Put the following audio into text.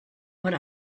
what